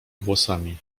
włosami